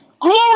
Glory